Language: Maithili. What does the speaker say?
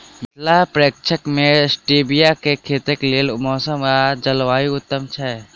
मिथिला प्रक्षेत्र मे स्टीबिया केँ खेतीक लेल मौसम आ जलवायु उत्तम छै?